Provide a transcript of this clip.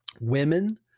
women